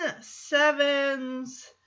seven's